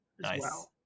Nice